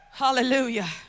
Hallelujah